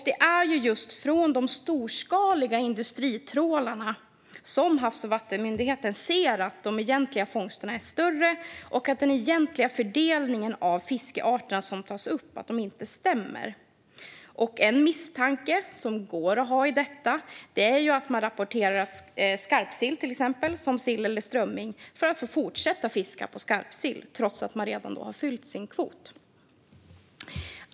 Det är just bland de storskaliga industritrålarna som Havs och vattenmyndigheten ser att de egentliga fångsterna är större och att fördelningen av de fiskarter som tas upp inte stämmer. En misstanke som går att ha i detta är att man till exempel rapporterar skarpsill som sill eller strömming för att få fortsätta att fiska på skarpsill trots att man redan har fyllt sin kvot.